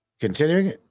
continuing